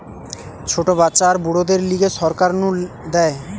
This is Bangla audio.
ছোট বাচ্চা আর বুড়োদের লিগে সরকার নু দেয়